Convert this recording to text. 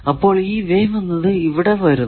അപ്പോൾ ഈ വേവ് എന്നത് ഇവിടെ വരുന്നു